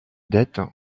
dettes